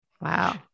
Wow